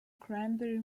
cranberry